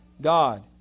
God